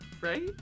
Right